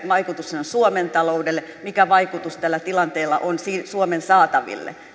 vaikutus sillä on suomen taloudelle mikä vaikutus tällä tilanteella on suomen saataville